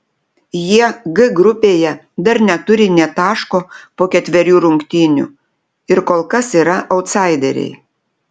jie g grupėje dar neturi nė taško po ketverių rungtynių ir kol kas yra autsaideriai